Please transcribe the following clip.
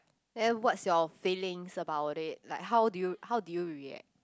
then what's your feelings about it like how do you how do you react